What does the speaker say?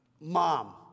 mom